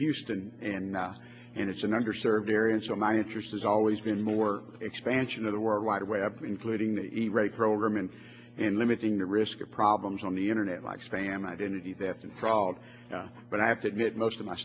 houston and it's a number served area and so my interest has always been more expansion of the world wide web including the programming and limiting the risk of problems on the internet like spam identity theft and fraud but i have to admit most of my